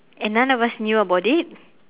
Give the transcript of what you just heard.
and none of us knew about it